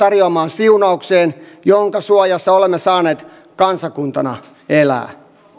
siunaukseen jonka suojassa olemme saaneet kansakuntana elää